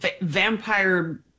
vampire